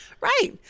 Right